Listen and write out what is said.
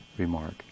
Remark